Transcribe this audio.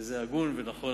וזה הגון ונכון,